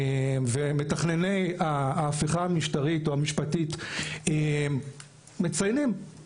ומתכנני ההפיכה המשטרית או המשפטית מציינים,